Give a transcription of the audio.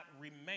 remain